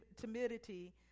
timidity